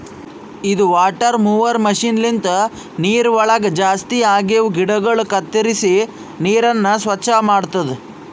ಇದು water mower machine ಲಿಂತ ನೀರವಳಗ್ ಜಾಸ್ತಿ ಆಗಿವ ಗಿಡಗೊಳ ಕತ್ತುರಿಸಿ ನೀರನ್ನ ಸ್ವಚ್ಚ ಮಾಡ್ತುದ